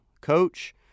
coach